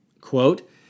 quote